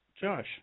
Josh